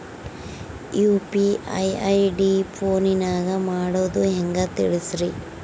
UPI ID ಫೋನಿನಾಗ ಮಾಡೋದು ಹೆಂಗ ತಿಳಿಸ್ರಿ?